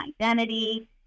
identity